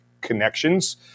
connections